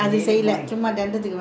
never never visit